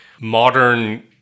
modern